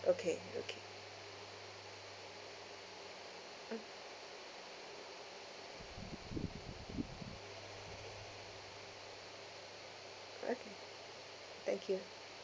okay okay okay thank you